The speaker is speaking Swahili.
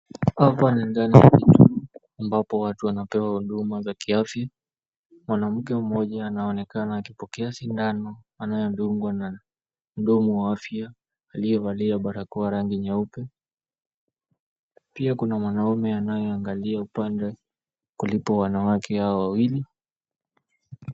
Hapa ni ndani ya kituo mbapo watu wanapewa huduma za kiafya. Mwanamke mmoja anaonekana akipokea sindano anayedungwa na muhudumu wa afya aliyevalia barakoa ya rangi nyeupe. Pia 𝑘una mwanaume anayeangalia upande kulipo wanawake hao wawili.